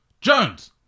Jones